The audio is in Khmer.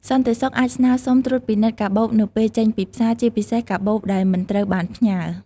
សន្តិសុខអាចស្នើសុំត្រួតពិនិត្យកាបូបនៅពេលចេញពីផ្សារ ជាពិសេសកាបូបដែលមិនត្រូវបានផ្ញើ។